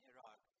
Iraq